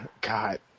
God